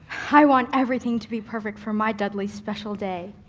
i want everything to be perfect for my dudley's special day.